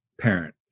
parent